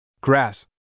Grass